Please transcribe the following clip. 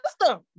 system